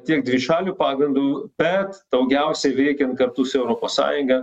tiek dvišaliu pagrindu bet daugiausiai veikiant kartu su europos sąjunga